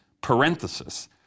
parenthesis